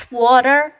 water